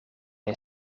een